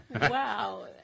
Wow